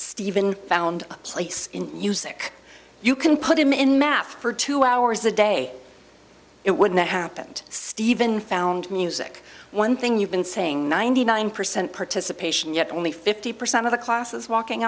stephen found a place in music you can put him in math for two hours a day it would not happened stephen found music one thing you've been saying ninety nine percent participation yet only fifty percent of the class is walking